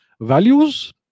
values